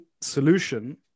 solution